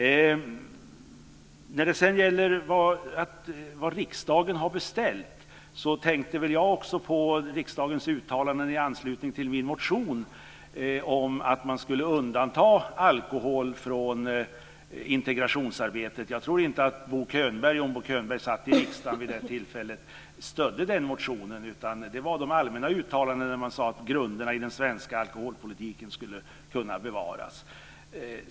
När det sedan gäller vad riksdagen har beställt tänkte jag också på riksdagens uttalande i anslutning till min motion om att man skulle undanta alkohol från integrationsarbetet. Jag tror inte att Bo Könberg, om Bo Könberg satt i riksdagen vid det tillfället, stödde den motionen. Det var de allmänna uttalandena. Man sade att grunderna i den svenska alkoholpolitiken skulle kunna bevaras.